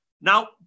Now